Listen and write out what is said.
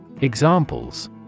Examples